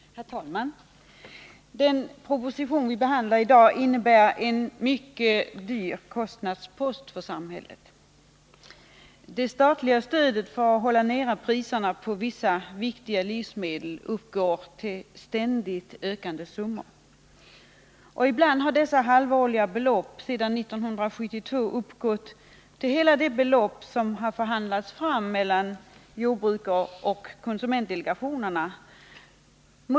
Herr talman! Den proposition som vi behandlar i dag medför mycket stora kostnader för samhället. Det statliga stödet för att hålla nere priserna på vissa viktiga livsmedel uppgår till ständigt ökande summor. Ibland har dessa halvårliga belopp sedan 1972 uppgått till hela det belopp som förhandlats fram mellan jordbruket och konsumentdelegationerna.